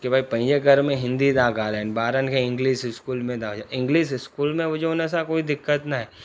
कि भई पंहिंजे घर में हिंदी था ॻाल्हाइनि ॿारनि खे इंग्लिश इस्कूल में था इंग्लिश इस्कूल में विझूं उन सां कोइ दिक़त न आहे